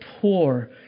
poor